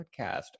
podcast